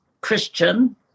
Christian